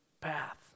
path